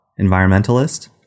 Environmentalist